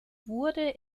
wurde